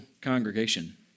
congregation